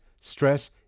stress